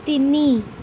ତିନି